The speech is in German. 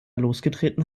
losgetreten